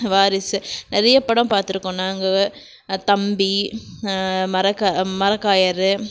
வாரிசு நிறைய படம் பாத்திருக்கோம் நாங்கள் தம்பி மறக்க மரக்காயர்